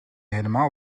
helemaal